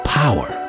power